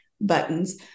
buttons